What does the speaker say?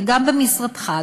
וגם במשרדך,